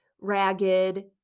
ragged